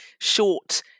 short